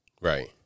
Right